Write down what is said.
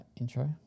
intro